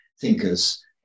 thinkers